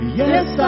yes